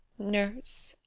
nurse!